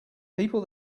people